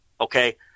Okay